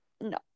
No